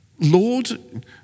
Lord